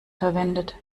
verwendet